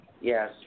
Yes